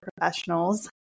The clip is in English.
professionals